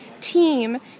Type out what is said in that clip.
team